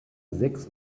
sechs